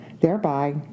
thereby